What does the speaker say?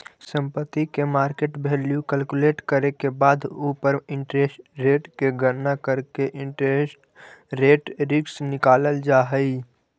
संपत्ति के market value calculate करे के बाद उ पर इंटरेस्ट रेट के गणना करके इंटरेस्ट रेट रिस्क निकालल जा हई